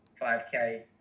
5k